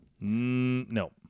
No